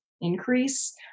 increase